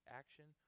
action